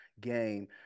game